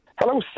Hello